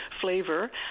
flavor